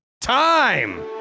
time